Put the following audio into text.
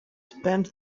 spent